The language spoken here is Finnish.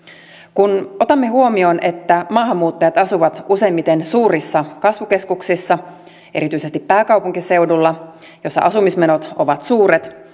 kun otamme huomioon että maahanmuuttajat asuvat useimmiten suurissa kasvukeskuksissa erityisesti pääkaupunkiseudulla missä asumismenot ovat suuret